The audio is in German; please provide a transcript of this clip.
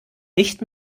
nicht